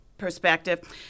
perspective